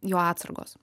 jo atsargos